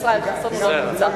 ישראל חסון, הוא לא נמצא.